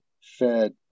fed